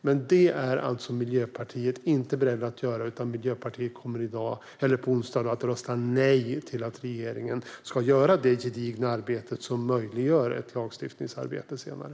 Men detta är man alltså i Miljöpartiet inte beredd att göra, utan Miljöpartiet kommer på onsdag att rösta nej till att regeringen ska göra det gedigna arbete som senare möjliggör ett lagstiftningsarbete.